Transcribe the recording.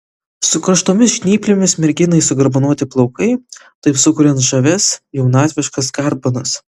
su karštomis žnyplėmis merginai sugarbanoti plaukai taip sukuriant žavias jaunatviškas garbanas